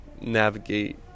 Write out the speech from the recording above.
navigate